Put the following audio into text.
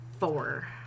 Four